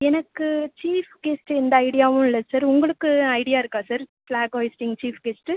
எனக்கு chief guest எந்த ஐடியாவும் இல்லை சார் உங்களுக்கு ஐடியா இருக்கா sir flag hoisting chief guest